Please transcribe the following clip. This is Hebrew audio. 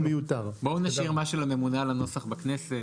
בואו נשאיר משהו לממונה על הנוסח בכנסת,